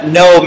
no